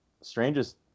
strangest